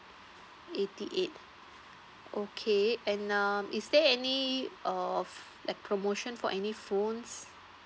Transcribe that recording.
eighty eight okay and um is there any of like promotion for any phones